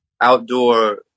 outdoor